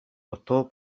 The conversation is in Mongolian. дутуу